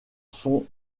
son